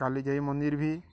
କାଲିଜାଇ ମନ୍ଦିର ବି